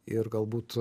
ir galbūt